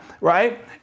right